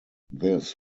this